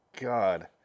God